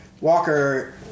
Walker